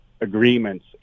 agreements